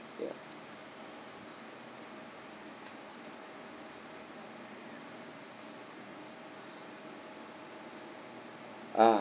ya ah